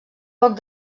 poc